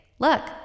Look